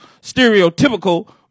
stereotypical